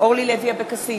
אורלי לוי אבקסיס,